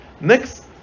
Next